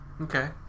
Okay